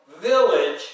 village